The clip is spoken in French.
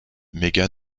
megan